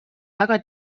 väga